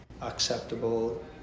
acceptable